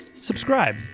subscribe